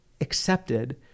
accepted